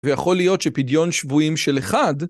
ויכול להיות שפדיון שבויים של אחד